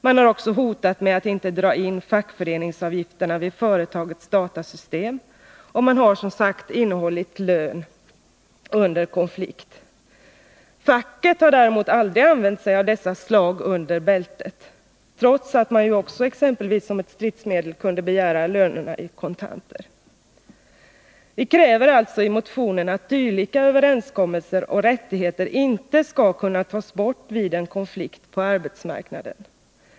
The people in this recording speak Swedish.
Man har också hotat med att inte dra in fackföreningsavgifterna via företagets datasystem, och man har innehållit lön under konflikt. Facket har däremot aldrig använt sig av dessa slag under bältet, trots att det ju också som ett stridsmedel exempelvis kunde begära lönerna i kontanter. Vi kräver alltså i motionen att dylika överenskommelser och rättigheter inte skall kunna tas bort vid en konflikt på arbetsmarknaden.